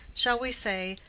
shall we say,